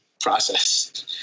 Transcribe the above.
process